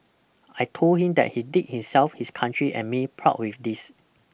I told him that he did himself his country and me proud with this